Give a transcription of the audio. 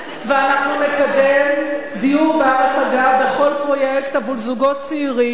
ואנחנו נקדם דיור בר-השגה בכל פרויקט עבור זוגות צעירים,